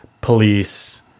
Police